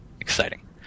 exciting